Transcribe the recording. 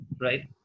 Right